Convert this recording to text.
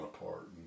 apart